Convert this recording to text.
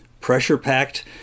pressure-packed